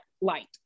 light